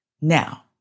Now